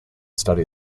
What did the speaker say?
study